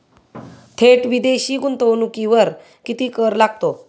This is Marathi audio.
थेट विदेशी गुंतवणुकीवर किती कर लागतो?